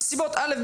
מסיבות א.